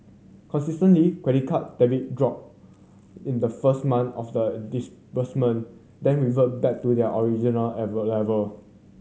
consistently credit card debt dropped in the first months of the disbursement then reverted back to the original level